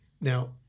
Now